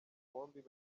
bombi